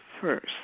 first